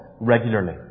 regularly